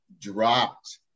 dropped